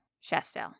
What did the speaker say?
Chastel